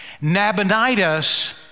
Nabonidus